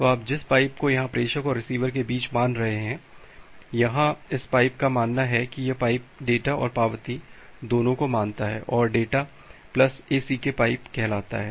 तो आप जिस पाइप को यहाँ प्रेषक और रिसीवर के बीच मान रहे हैं यहाँ इस पाइप का मानना है कि यह पाइप डेटा और पावती दोनों को मानता है और डेटा प्लस ACK पाइप कहलाता है